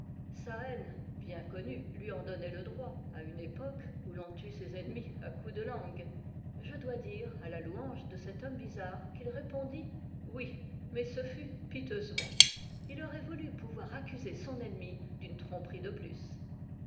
sa haine bien connue lui en donnait le droit à une époque où l'on tue ses ennemis à coups de langue je dois dire à la louange de cet homme bizarre qu'il répondit oui mais ce fut piteusement il aurait voulu pouvoir accuser son ennemi d'une tromperie de plus